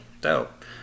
Dope